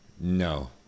No